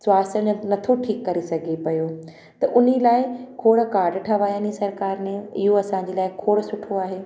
स्वास्थ्य न नथो ठीकु करे सघे पियो त उन ई लाइ खोड़ कार्ड ठाहिरायानि सरकारि ने इहो असांजे लाइ खोड़ सुठो आहे